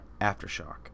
Aftershock